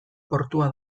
portua